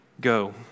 go